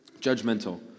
judgmental